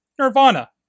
Nirvana